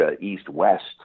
east-west